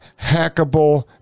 hackable